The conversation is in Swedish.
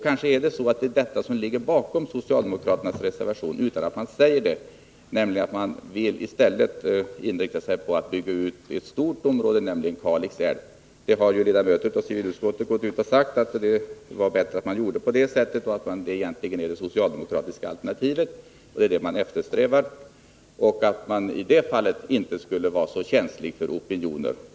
Vad som ligger bakom socialdemokraternas reservation är kanske, utan att man säger det, att man i stället vill inrikta sig på att bygga ut ett stort område, nämligen Kalix älv. Ledamöter i civilutskottet har ju gått ut och sagt att det vore bättre att göra på det sättet, att det är det man eftersträvar, att en sådan utbyggnad egentligen är det socialdemokratiska alternativet och att mani det fallet inte skulle vara så känslig för opinioner.